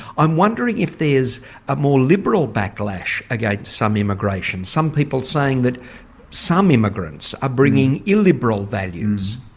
i'm wondering if there's a more liberal backlash against some immigration, some people saying that some immigrants are bringing illiberal values?